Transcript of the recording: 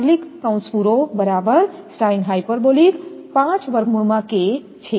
તેથી બરાબર છે